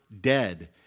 dead